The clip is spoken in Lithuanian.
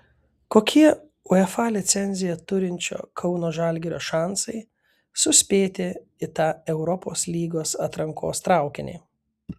kokie uefa licenciją turinčio kauno žalgirio šansai suspėti į tą europos lygos atrankos traukinį